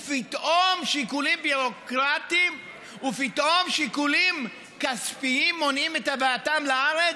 פתאום שיקולים ביורוקרטיים ופתאום שיקולים כספיים מונעים את הבאתם לארץ?